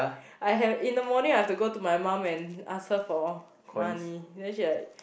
I have in the morning I have to go to my mum and ask her for money then she like